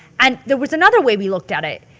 and there was another way we looked at it.